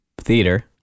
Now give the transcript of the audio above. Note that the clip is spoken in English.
Theater